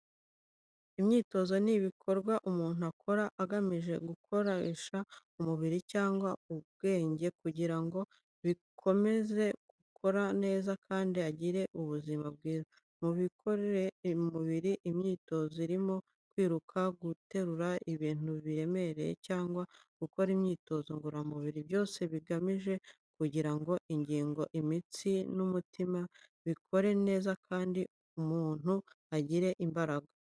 Imyitozo ni ibikorwa umuntu akora agamije gukoresha umubiri cyangwa ubwenge kugira ngo bikomeze gukora neza kandi agire ubuzima bwiza. Mu mikorere y'umubiri, imyitozo irimo: kwiruka, guterura ibintu biremereye cyangwa gukora imyitozo ngororamubiri, byose bigamije kugira ngo ingingo, imitsi n'umutima bikore neza kandi umuntu agire imbaraga.